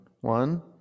one